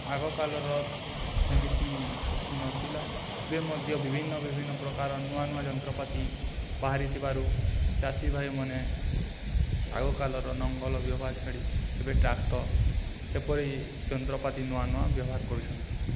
ଆଗକାଳର ସେମିତି କିଛି ନଥିଲା ଏବେ ମଧ୍ୟ ବିଭିନ୍ନ ବିଭିନ୍ନ ପ୍ରକାର ନୂଆ ନୂଆ ଯନ୍ତ୍ରପାତି ବାହାରିଥିବାରୁ ଚାଷୀ ଭାଇମାନେ ଆଗକାଳର ଲଙ୍ଗଳ ବ୍ୟବହାର ଛାଡ଼ି ଏବେ ଟ୍ରାକ୍ଟର୍ ଏପରି ଯନ୍ତ୍ରପାତି ନୂଆ ନୂଆ ବ୍ୟବହାର କରୁଛନ୍ତି